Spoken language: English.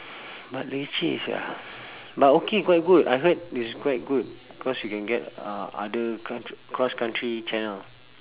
but leceh sia but okay quite good I heard it's quite good cause you can get uh other country cross country channel